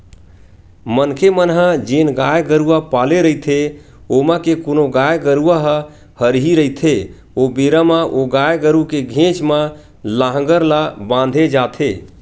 मनखे मन ह जेन गाय गरुवा पाले रहिथे ओमा के कोनो गाय गरुवा ह हरही रहिथे ओ बेरा म ओ गाय गरु के घेंच म लांहगर ला बांधे जाथे